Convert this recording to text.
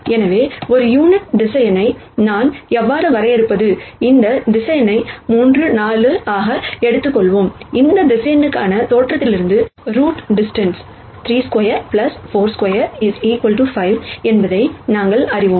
எனவே ஒரு யூனிட்வெக்டர் நான் எவ்வாறு வரையறுப்பது இந்த வெக்டர் 3 4 ஆக எடுத்துக்கொள்வோம் இந்த வெக்டர் தோற்றத்திலிருந்து தூரம் ரூட் 32 42 5 என்பதை நாங்கள் அறிவோம்